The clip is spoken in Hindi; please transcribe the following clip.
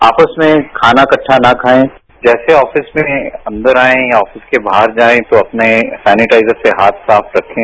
आपस में खाना इकहा न खायें जैसे आफिस में अंदर आये या अफिस के बाहर जायें तो अपने सैनिटाइजर से हाथ साफ रखें